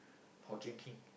for drinking